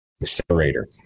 Accelerator